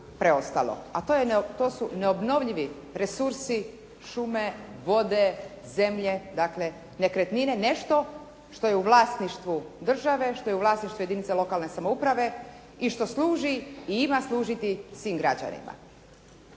preostalo, a to su neobnovljivi resursi, šume, vode, zemlje. Dakle, nekretnine, nešto što je u vlasništvu države, što je u vlasništvu jedinica lokalne samouprave i što služi i ima služiti svim građanima.